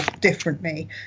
differently